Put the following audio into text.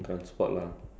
uh there's